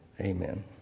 Amen